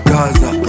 Gaza